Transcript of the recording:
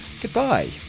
Goodbye